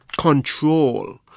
control